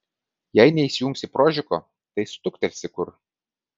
jei neįsijungsi prožiko tai stuktelsi kur